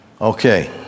Okay